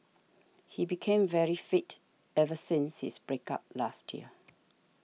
he became very fit ever since his break up last year